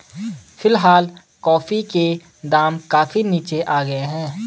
फिलहाल कॉफी के दाम काफी नीचे आ गए हैं